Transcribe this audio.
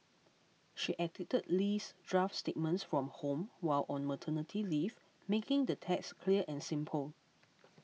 she edited Lee's draft statements from home while on maternity leave making the text clear and simple